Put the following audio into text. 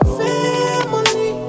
family